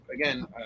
again